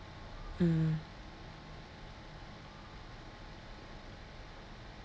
mm